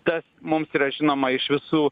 tas mums yra žinoma iš visų